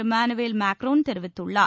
Emmanuel Macron தெரிவித்துள்ளார்